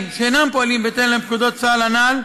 שאינם פועלים בהתאם לפקודות צה"ל הנ"ל,